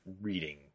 reading